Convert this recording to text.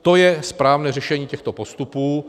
To je správné řešení těchto postupů.